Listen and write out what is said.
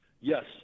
Yes